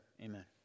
amen